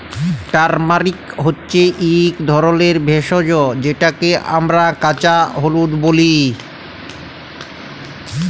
turmeric হছে ইক ধরলের ভেষজ যেটকে আমরা কাঁচা হলুদ ব্যলি